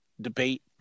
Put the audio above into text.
debate